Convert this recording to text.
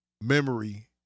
memory